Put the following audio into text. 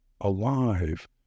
alive